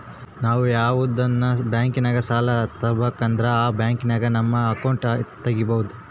ನಾವು ಯಾವ್ದನ ಬ್ಯಾಂಕಿನಾಗ ಸಾಲ ತಾಬಕಂದ್ರ ಆ ಬ್ಯಾಂಕಿನಾಗ ನಮ್ ಅಕೌಂಟ್ ತಗಿಬಕು